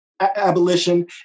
Abolition